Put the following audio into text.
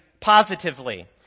positively